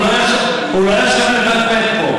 לא ראינו, לא יכולתי לשאול אותו.